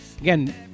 Again